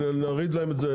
נוריד להם את זה